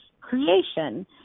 creation